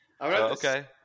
Okay